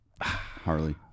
Harley